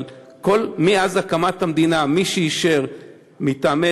אבל מאז הקמת המדינה מי שאישר זקן מטעמי